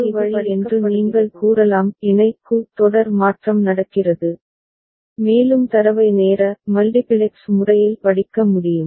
எனவே இது ஒரு வழி என்று நீங்கள் கூறலாம் இணை க்கு தொடர் மாற்றம் நடக்கிறது மேலும் தரவை நேர மல்டிபிளெக்ஸ் முறையில் படிக்க முடியும்